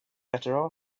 better